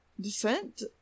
descent